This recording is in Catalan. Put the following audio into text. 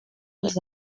els